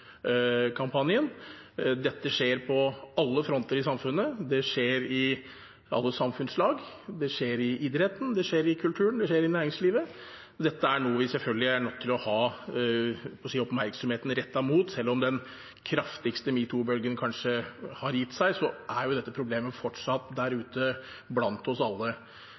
Dette skjer på alle fronter i samfunnet. Det skjer i alle samfunnslag, det skjer i idretten, det skjer i kulturlivet, det skjer i næringslivet – dette er noe vi selvfølgelig er nødt til å ha oppmerksomheten rettet mot. Selv om den kraftigste metoo-bølgen kanskje har gitt seg, er dette problemet fortsatt der ute og blant oss alle.